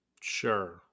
Sure